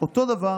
אותו דבר: